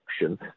action